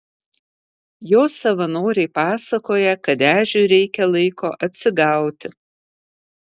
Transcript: jos savanoriai pasakoja kad ežiui reikia laiko atsigauti